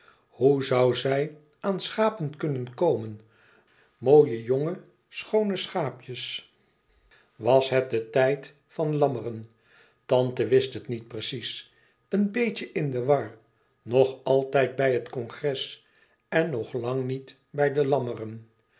hoe zoû zij aan schapen kunnen komen mooie jonge schoone schaapjes was het de tijd van lammeren tante wist het niet precies een beetje in de war nog altijd bij het congres en nog lang niet bij de lammeren